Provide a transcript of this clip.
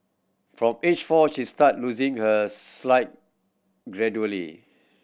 from age four she start losing her slight gradually